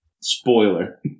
Spoiler